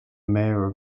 mayor